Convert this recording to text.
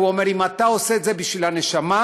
הוא אמר: אם אתה עושה את זה בשביל הנשמה,